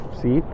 see